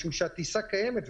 כי הטיסה קיימת,